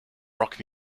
rock